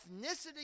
ethnicity